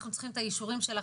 אנחנו צריכים את האישורים שלכם,